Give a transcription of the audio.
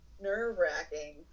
nerve-wracking